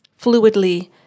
fluidly